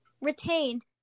retained